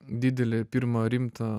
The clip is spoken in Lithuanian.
didelį pirmą rimtą